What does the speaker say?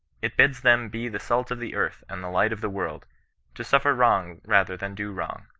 it bids them be the salt of the earth, and the light of the world to suffer wrong rather than do wrong,